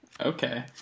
Okay